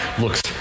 looks